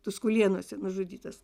tuskulėnuose nužudytas